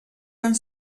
van